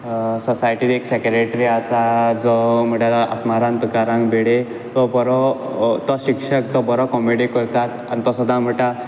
सोसायटीक एक सेक्रेटरी आसा जो म्हणटा तो आत्माराम तुकाराम भिडे तो बरो तो शिक्षक तो बरो कॉमेडी करता आनी तो सदां मुटा